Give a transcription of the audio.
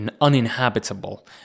uninhabitable